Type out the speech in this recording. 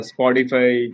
Spotify